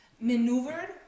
maneuvered